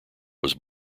was